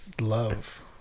love